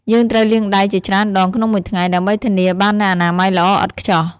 យើងត្រូវលាងដៃជាច្រើនដងក្នុងមួយថ្ងៃ ដើម្បីធានាបាននូវអនាម័យល្អឥតខ្ចោះ។